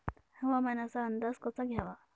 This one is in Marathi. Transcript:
हवामानाचा अंदाज कसा घ्यावा?